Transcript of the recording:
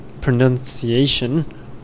pronunciation